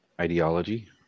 ideology